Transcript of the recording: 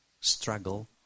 struggle